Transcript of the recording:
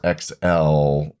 XL